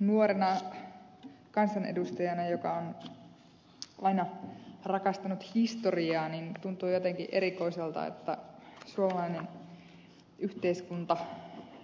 nuorena kansanedustajana joka on aina rakastanut historiaa tuntuu jotenkin erikoiselta että suomalainen yhteiskunta